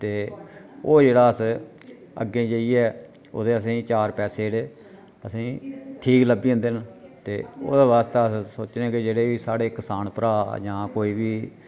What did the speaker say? ते ओह् जेह्ड़ा अस अग्गै जाइयै ओह्दे असेंगी चार पैसे जेह्ड़े असेंगी ठीक लब्भी जंदे न ते ओह्दे आस्तै अस सोचने कि जेह्ड़े साढ़े कसान भ्राऽ जां कोई बी